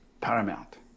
paramount